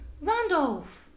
Randolph